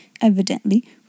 evidently